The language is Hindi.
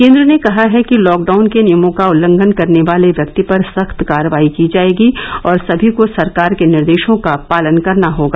केंद्र ने कहा है कि लॉकडाउन के नियमों का उल्लंघन करने वाले व्यक्ति पर सख्त कार्रवाई की जाएगी और सभी को सरकार के निर्देशों का पालन करना होगा